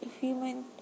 human